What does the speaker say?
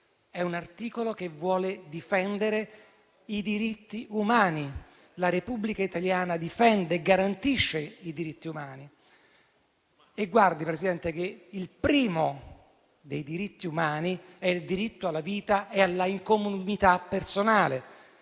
È un articolo che vuole difendere i diritti umani: la Repubblica italiana difende e garantisce i diritti umani, e - Presidente - il primo dei diritti umani è il diritto alla vita e all'incolumità personale;